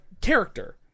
character